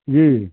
जी